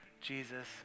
Jesus